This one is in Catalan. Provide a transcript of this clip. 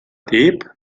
tip